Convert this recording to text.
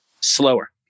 slower